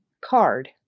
card